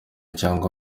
cyangwa